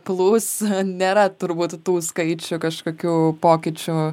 plūs nėra turbūt tų skaičių kažkokių pokyčių